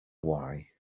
why